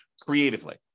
creatively